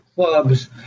Clubs